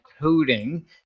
coding